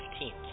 15th